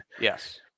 Yes